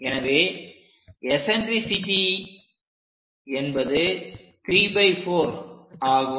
எனவே எசன்ட்ரிசிட்டி என்பது 34 ஆகும்